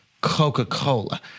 Coca-Cola